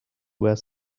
were